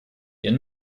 ihren